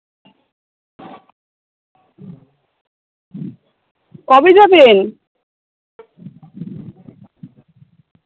কবে যাবেন